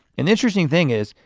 an interesting thing is,